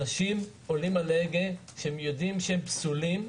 אנשים עולים על ההגה כשהם יודעים שהם פסולים.